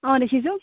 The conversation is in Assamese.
অঁ দেখিছোঁ